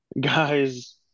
guys